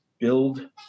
build